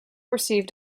received